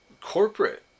Corporate